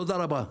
תודה רבה.